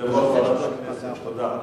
יושב-ראש ועדת הכנסת, תודה.